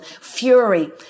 fury